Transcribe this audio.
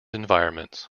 environments